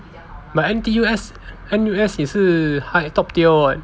but N_T_U S N_U_S 也是 top tier [what]